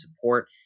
support